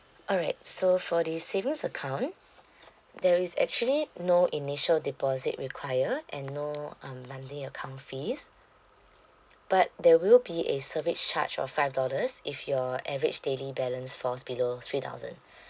alright so for the savings account there is actually no initial deposit required and no um monthly account fees but there will be a service charge of five dollars if your average daily balance falls below three thousand